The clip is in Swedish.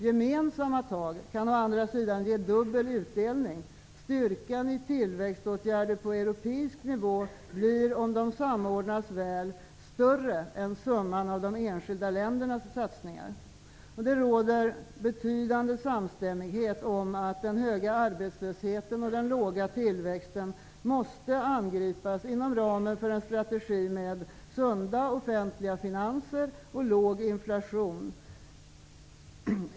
Gemensamma tag kan å andra sidan ge dubbel utdelning: styrkan i tillväxtåtgärder på europeisk nivå blir, om de samordnas väl, större än summan av de enskilda ländernas satsningar. Det råder betydande samstämmighet om att den höga arbetslösheten och den låga tillväxten måste angripas inom ramen för en strategi med sunda offentliga finanser och låg inflation.